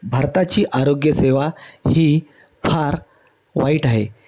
भारताची आरोग्यसेवा ही फार वाईट आहे